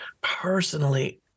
personally